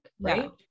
right